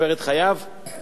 אין סכנת חיים,